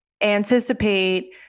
anticipate